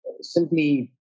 simply